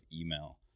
email